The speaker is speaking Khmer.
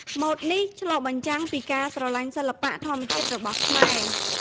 ម៉ូដនេះឆ្លុះបញ្ចាំងពីការស្រឡាញ់សិល្បៈធម្មជាតិរបស់ខ្មែរ។